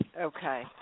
Okay